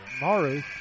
Maru